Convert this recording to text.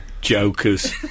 jokers